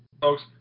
folks